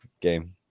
game